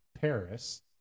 Paris